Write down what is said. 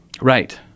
right